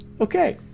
Okay